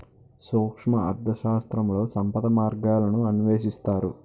సూక్ష్మ అర్థశాస్త్రంలో సంపద మార్గాలను అన్వేషిస్తారు